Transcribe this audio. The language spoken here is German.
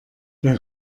der